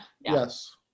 Yes